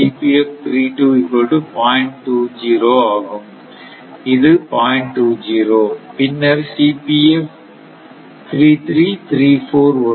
20 பின்னர் வரும்